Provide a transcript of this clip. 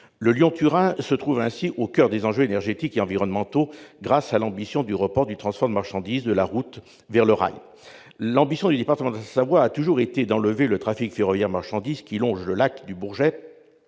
Le Lyon-Turin se trouve ainsi au coeur des enjeux énergétiques et environnementaux grâce à l'ambition du report du transport de marchandises de la route vers le rail. L'ambition du département de Savoie a toujours été d'enlever le trafic ferroviaire de marchandises qui longe le lac du Bourget,